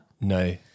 No